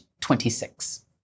26